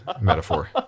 metaphor